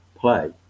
play